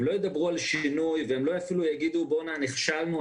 הם לא ידברו על שינוי והם אפילו לא יגידו: נכשלנו,